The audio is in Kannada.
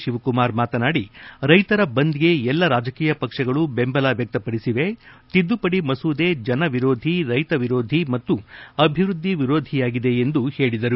ಶಿವಕುಮಾರ್ ಮಾತನಾಡಿ ರೈತರ ಬಂದ್ಗೆ ಎಲ್ಲಾ ರಾಜಕೀಯ ಪಕ್ಷಗಳು ಬೆಂಬಲ ವ್ಯಕ್ತಪಡಿಸಿವೆ ತಿದ್ದುಪಡಿ ಮಸೂದೆ ಜನವಿರೋಧಿ ರೈತವಿರೋಧಿ ಮತ್ತು ಅಭಿವೃದ್ದಿ ವಿರೋಧಿಯಾಗಿದೆ ಎಂದು ಅವರು ಹೇಳಿದರು